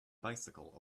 bicycle